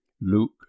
Luke